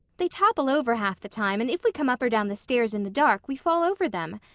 they topple over half the time and if we come up or down the stairs in the dark we fall over them.